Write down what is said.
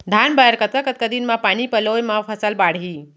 धान बर कतका कतका दिन म पानी पलोय म फसल बाड़ही?